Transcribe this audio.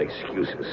excuses